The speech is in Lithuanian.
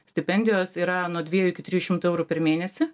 stipendijos yra nuo dviejų iki trijų šimtų eurų per mėnesį